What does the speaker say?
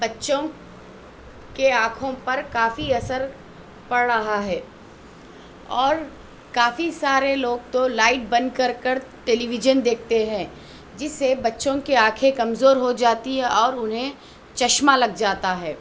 بچوں کے آنکھوں پر کافی اثر پڑ رہا ہے اور کافی سارے لوگ تو لائٹ بند کر کر ٹیلی ویژن دیکھتے ہیں جس سے بچوں کی آنکھیں کمزور ہو جاتی ہے انہیں چشمہ لگ جاتا ہے